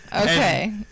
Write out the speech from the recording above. Okay